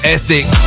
Essex